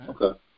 okay